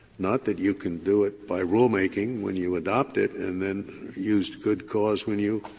not that you can do it by rulemaking when you adopt it and then used good cause when you